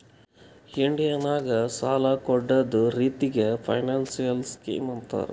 India ನಾಗ್ ಸಾಲ ಕೊಡ್ಡದ್ ರಿತ್ತಿಗ್ ಫೈನಾನ್ಸಿಯಲ್ ಸ್ಕೀಮ್ ಅಂತಾರ್